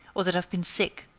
or that i've been sick,